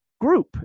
group